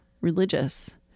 religious